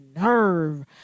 nerve